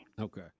Okay